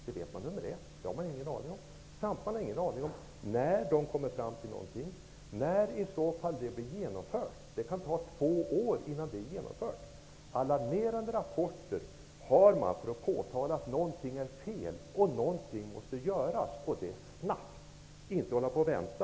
Dessutom har man ingen aning om när utredningen kommer fram till någonting och när i så fall detta blir genomfört -- det kan ta två år. Man avger alarmerande rapporter för att påtala att någonting är fel och att någonting måste göras snabbt. Man kan inte vänta.